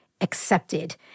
accepted